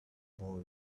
boy